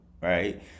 right